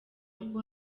uko